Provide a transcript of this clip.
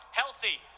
healthy